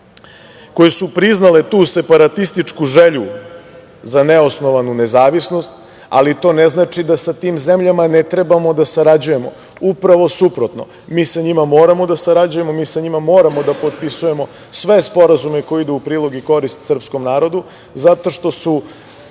koje su priznale tu separatističku želju za neosnovanu nezavisnost, ali to ne znači da sa tim zemljama ne trebamo da sarađujemo, upravo suprotno, mi sa njima moramo da sarađujemo, mi sa njima moramo da potpisujemo sve sporazume koji idu u prilog i korist srpskom narodu, zato što je